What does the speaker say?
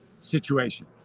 situation